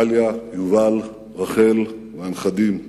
דליה, יובל, רחל והנכדים,